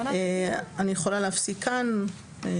אני יכולה להפסיק כאן.